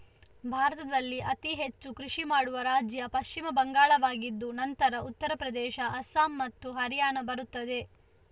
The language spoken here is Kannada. ಭಾರತದಲ್ಲಿ ಅತಿ ಹೆಚ್ಚು ಕೃಷಿ ಮಾಡುವ ರಾಜ್ಯ ಪಶ್ಚಿಮ ಬಂಗಾಳವಾಗಿದ್ದು ನಂತರ ಉತ್ತರ ಪ್ರದೇಶ, ಅಸ್ಸಾಂ ಮತ್ತು ಹರಿಯಾಣ ಬರುತ್ತದೆ